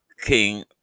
king